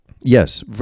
Yes